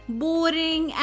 boring